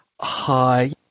hi